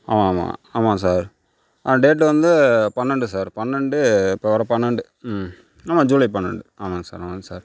ஆமா ஆமா ஆமாங்க சார் ஆ டேட்டு வந்து பன்னெண்டு சார் பன்னெண்டு இப்போது வரை பன்னெண்டு ம் ஆமா ஜூலை பன்னெண்டு ஆமாங்க சார் ஆமாங்க சார்